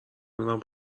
میرم